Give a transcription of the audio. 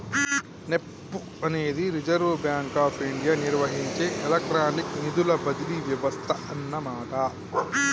NEFT అనేది reserve bank of India నిర్వహించే electronic నిధుల బదిలీ వ్యవస్థ అన్నమాట